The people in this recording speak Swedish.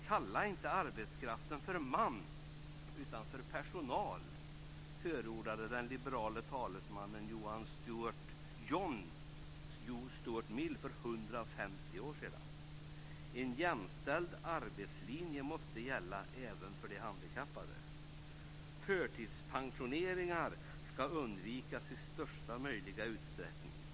Kalla inte arbetskraften för "man" utan för "personal", förordade den liberale talesmannen John Stuart Mill för 150 år sedan. En jämställd arbetslinje måste gälla även för de handikappade. Förtidspensioneringar ska undvikas i största möjliga utsträckning.